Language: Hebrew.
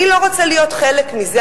אני לא רוצה להיות חלק מזה,